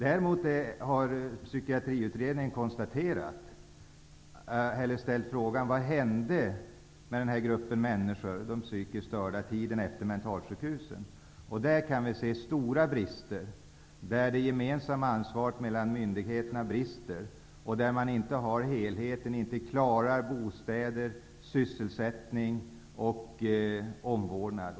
Däremot har Psykiatriutredningen ställt frågan. Vad hände med de psykiskt störda efter tiden med mentalsjukhusen? Där kan vi se stora brister. Det brister i fråga om myndigheternas gemensamma ansvar. helheten saknas. Man klarar inte bostäder, sysselsättning och omvårdnad.